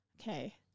Okay